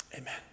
Amen